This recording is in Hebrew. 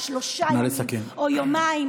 על שלושה ימים או יומיים,